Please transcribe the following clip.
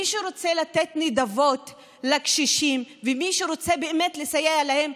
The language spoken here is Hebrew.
מי שרוצה לתת נדבות לקשישים ומי שבאמת רוצה לסייע להם,